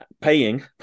paying